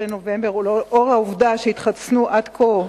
מ-17 בנובמבר, ולנוכח העובדה שהתחסנו עד כה,